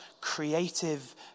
creative